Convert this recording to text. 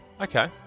Okay